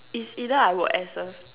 is either I work as a